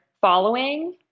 following